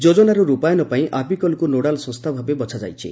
ଯୋଜନାର ର୍ପାୟନ ପାଇଁ ଆପିକଲକୁ ନୋଡାଲ ସଂସ୍ତା ଭାବେ ବଛା ଯାଇଛି